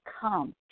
come